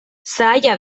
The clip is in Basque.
zaila